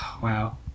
wow